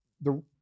the-